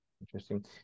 interesting